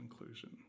inclusion